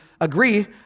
agree